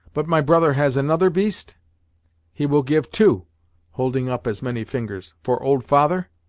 but my brother has another beast he will give two holding up as many fingers, for old father?